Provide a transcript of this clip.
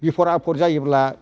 बिफर आफर जायोब्ला